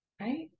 right